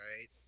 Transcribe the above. right